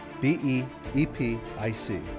B-E-E-P-I-C